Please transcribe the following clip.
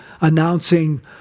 announcing